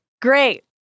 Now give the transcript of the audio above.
Great